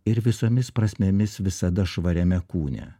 ir visomis prasmėmis visada švariame kūne